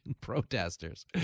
protesters